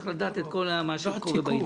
צריך לדעת את כל מה שקורה בעניין.